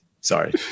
Sorry